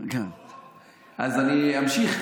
אז אני אמשיך.